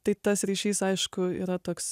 tai tas ryšys aišku yra toks